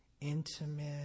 intimate